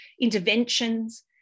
interventions